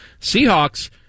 Seahawks